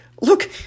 look